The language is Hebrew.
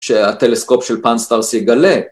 שהטלסקופ של פאנסטארס יגלה.